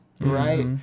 Right